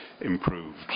improved